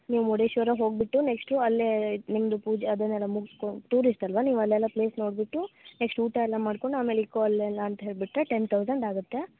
ನೀವು ಮುರುಡೇಶ್ವರ ಹೋಗಿಬಿಟ್ಟು ನೆಕ್ಸ್ಟು ಅಲ್ಲೇ ನಿಮ್ದು ಪೂಜೆ ಅದನೆಲ್ಲ ಮುಗಿಸ್ಕೋ ಟೂರಿಸ್ಟ್ ಅಲ್ವ ನೀವು ಅಲ್ಲೆಲ್ಲ ಪ್ಲೇಸ್ ನೋಡಿಬಿಟ್ಟು ನೆಕ್ಸ್ಟ್ ಊಟ ಎಲ್ಲ ಮಾಡ್ಕೊಂಡು ಆಮೇಲೆ ಇಕೋ ಅಲ್ಲೆಲ್ಲ ಅಂತ ಹೇಳಿಬಿಟ್ರೆ ಟೆನ್ ತೌಸಂಡ್ ಆಗುತ್ತೆ